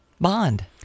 Bond